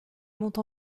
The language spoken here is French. monte